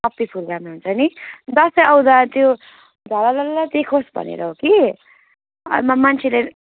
puppy फुल राम्रो हुन्छ नि दसैँ आउँदा त्यो झललल्ल देखोस् भनेर हो कि म मान्छेले